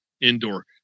indoor